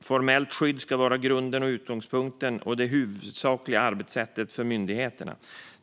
Formellt skydd ska vara grunden, utgångspunkten och det huvudsakliga arbetssättet för myndigheterna.